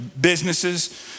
businesses